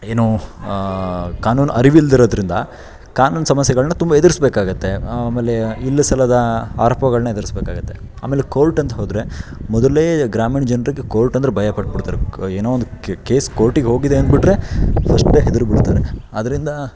ಏನು ಕಾನೂನು ಅರಿವಿಲ್ಲದಿರೋದ್ರಿಂದ ಕಾನೂನು ಸಮಸ್ಯೆಗಳನ್ನ ತುಂಬ ಎದುರಿಸ್ಬೇಕಾಗುತ್ತೆ ಆಮೇಲೆ ಇಲ್ಲ ಸಲ್ಲದ ಆರೋಪಗಳನ್ನ ಎದುರ್ಸ್ಬೇಕಾಗುತ್ತೆ ಅಮೇಲೆ ಕೋರ್ಟ್ ಅಂತ ಹೋದರೆ ಮೊದಲೇ ಗ್ರಾಮೀಣ ಜನರಿಗೆ ಕೋರ್ಟ್ ಅಂದರೆ ಭಯಪಟ್ಬಿಡ್ತಾರೆ ಕ್ ಏನೋ ಒಂದು ಕೇಸ್ ಕೋರ್ಟಿಗೆ ಹೋಗಿದೆ ಅಂದುಬಿಟ್ರೆ ಫಸ್ಟೇ ಹೆದರಿ ಬಿಡ್ತಾರೆ ಅದರಿಂದ